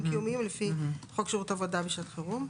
חיוניים לפי חוק שירות עבודה בשעת חירום.